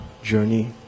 journey